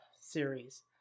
series